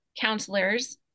counselors